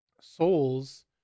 souls